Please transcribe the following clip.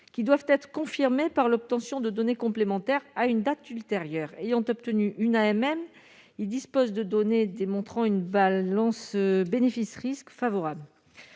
qui doivent être confirmés par l'obtention de données complémentaires à une date ultérieure ayant obtenu une AMM, il dispose de données démontrant une balance bénéfice risques favorable,